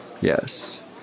Yes